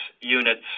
units